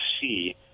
see